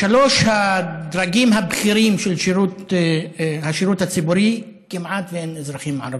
בשלושת הדרגים הבכירים של השירות הציבורי כמעט אין אזרחים ערבים.